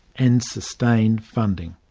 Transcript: and sustained funding.